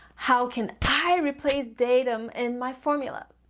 how can i replace datem in my formula?